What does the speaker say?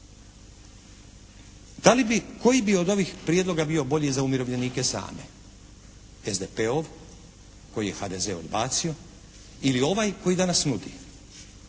koji bi od ovih prijedloga bio bolji za umirovljenike same? SDP-ov koji je HDZ odbacio ili ovaj koji danas nudi?